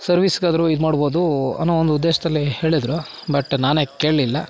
ಸರ್ವೀಸ್ಗಾದರೂ ಇದು ಮಾಡ್ಬೋದು ಅನ್ನೋ ಒಂದು ಉದ್ದೇಶದಲ್ಲಿ ಹೇಳಿದ್ರು ಬಟ್ ನಾನೇ ಕೇಳಲಿಲ್ಲ